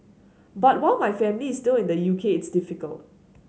but while my family is still in the U K it's difficult